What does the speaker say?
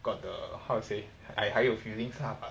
got the how to say I 还有 feeling club